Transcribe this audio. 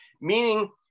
meaning